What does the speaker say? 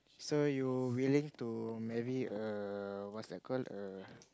so you willing to maybe err what's that called err